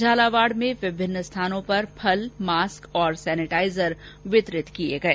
झालावाड़ में विभिन्न स्थानों पर फल मास्क और सेनेटाइजर वितरित किए गए